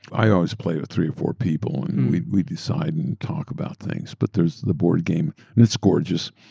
i always play with three or four people and we we decide and talk about things, but there's the board game and it's gorgeous.